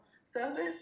service